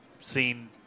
seen